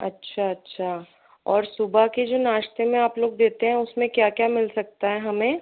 अच्छा अच्छा और सुबह के जो नाश्ते में आप लोग देते हैं उसमें क्या क्या मिल सकता है हमें